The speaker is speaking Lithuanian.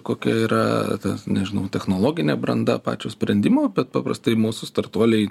kokia yra tas nežinau technologine branda pačio sprendimo bet paprastai mūsų startuoliai